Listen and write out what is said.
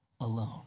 alone